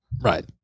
Right